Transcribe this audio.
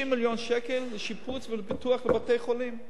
מיליון שקל לשיפוץ ולפיתוח בבתי-חולים.